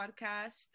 podcast